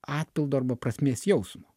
atpildo arba prasmės jausmo